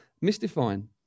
Mystifying